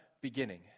beginning